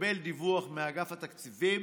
ולקבל דיווח מאגף התקציבים